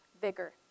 vigor